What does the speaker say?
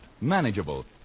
manageable